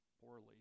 poorly